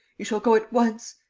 you shall go at once.